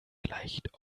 gleicht